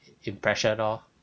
impression lor